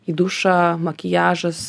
į dušą makiažas